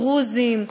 דרוזים,